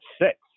six